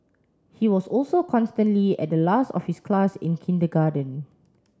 he was also constantly at the last of his class in kindergarten